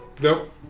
Nope